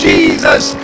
Jesus